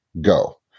go